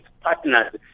partners